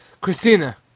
Christina